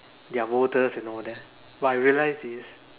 their voters and all that but I realize is